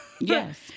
Yes